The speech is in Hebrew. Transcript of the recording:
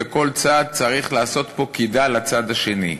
וכל צד צריך לעשות פה קידה לצד השני.